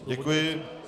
Děkuji.